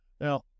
Now